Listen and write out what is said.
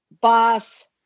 boss